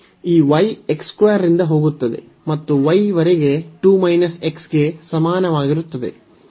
ಈ y x 2 ರಿಂದ ಹೋಗುತ್ತದೆ ಮತ್ತು y ವರೆಗೆ 2 x ಗೆ ಸಮಾನವಾಗಿರುತ್ತದೆ